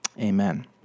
Amen